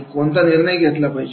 आणि त्यासाठी कोणता निर्णय होता